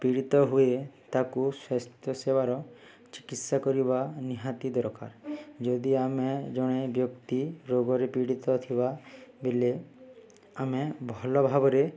ପୀଡ଼ିତ ହୁଏ ତାକୁ ସ୍ୱାସ୍ଥ୍ୟ ସେବାର ଚିକିତ୍ସା କରିବା ନିହାତି ଦରକାର ଯଦି ଆମେ ଜଣେ ବ୍ୟକ୍ତି ରୋଗରେ ପୀଡ଼ିତ ଥିବା ବେଲେ ଆମେ ଭଲ ଭାବରେ